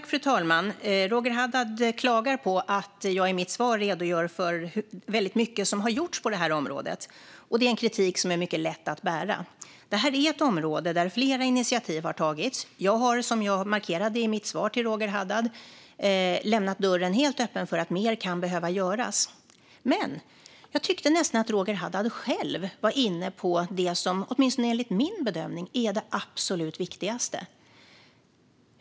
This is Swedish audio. Fru talman! Roger Haddad klagar på att jag i mitt svar redogör för väldigt mycket som har gjorts på det här området. Det är en kritik som är mycket lätt att bära. Det här är ett område där flera initiativ har tagits. Jag har, som jag markerade i mitt svar till Roger Haddad, lämnat dörren helt öppen för att mer kan behöva göras. Men jag tyckte nästan att Roger Haddad själv var inne på det som åtminstone enligt min bedömning är det absolut viktigaste.